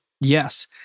Yes